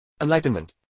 enlightenment